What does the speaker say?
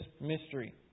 mystery